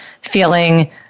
feeling